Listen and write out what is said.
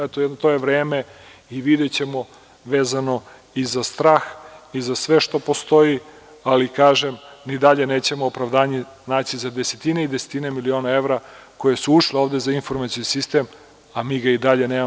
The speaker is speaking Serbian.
Eto, to je vreme i videćemo vezano i za strah i za sve što postoji, ali kažem da i dalje nećemo opravdanje naći za desetine i desetine miliona evra koje su ušle ovde za informacioni sistem, a mi ga i dalje nemamo.